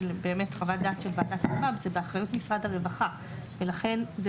חוות דעת של ועדת אלמ"ב היא באחריות משרד הרווחה ולכן זה